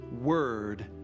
word